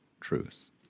truth